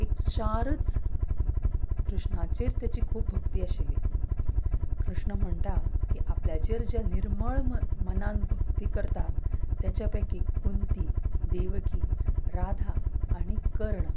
एक चारच कृष्णाचेर ताची खूब भक्ती आशिल्ली कृष्णा म्हणटा की आपल्याचेर जे निर्मळ मन मनान जे भक्ती करतात तांच्या पैकी कुंती देवकी राधा आनी कर्ण